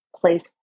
place